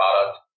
product